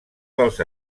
dels